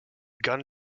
gun